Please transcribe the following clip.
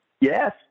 Yes